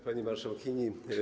Pani Marszałkini!